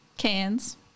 Cans